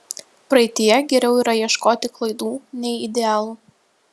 praeityje geriau yra ieškoti klaidų nei idealų